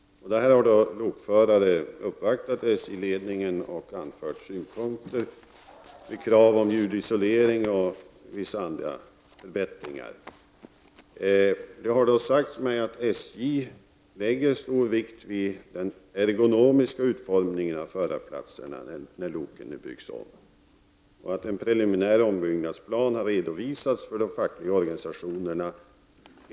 Lokförare har vid en uppvaktning för SJ-ledningen anfört synpunkter. De har också framfört krav på ljudisolering och vissa andra förbättringar. Det har sagts mig att SJ fäster stor vikt vid den ergonomiska utformningen av förarplatserna när loken nu byggs om och att en preliminär ombyggnadsplan har redovisats för de fackliga organisationerna.